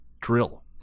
drill